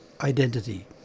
identity